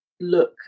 look